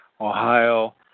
Ohio